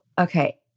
okay